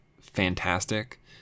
fantastic